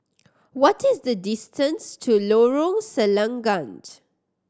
what is the distance to Lorong Selangat